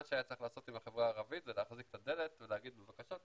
מה שהיה צריך לעשות עם החברה הערבית זה להחזיק את הדלת ולהגיד: בבקשה,